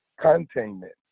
containment